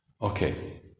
okay